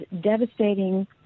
devastating